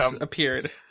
appeared